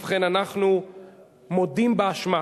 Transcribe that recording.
ובכן, אנחנו מודים באשמה.